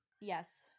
yes